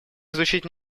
изучить